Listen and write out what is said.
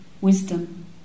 wisdom